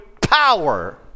power